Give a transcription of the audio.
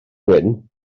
wyn